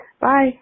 Bye